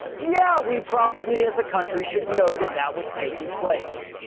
yeah, we probably as a country should know that that was taking place.